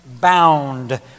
bound